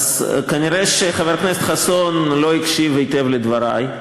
אז כנראה חבר הכנסת חסון לא הקשיב היטב לדברי.